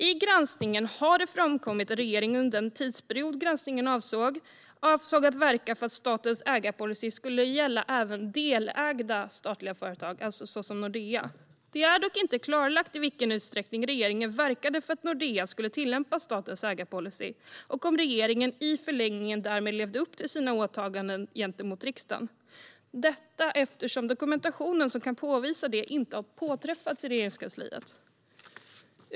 I granskningen har det framkommit att regeringen under den tidsperiod granskningen gäller avsåg att verka för att statens ägarpolicy skulle gälla även delägda statliga företag, såsom Nordea. Det är dock inte klarlagt i vilken utsträckning regeringen verkade för att Nordea skulle tillämpa statens ägarpolicy och om regeringen i förlängningen därmed levde upp till sina åtaganden gentemot riksdagen, detta eftersom dokumentation som kan påvisa det inte har påträffats på Regeringskansliet.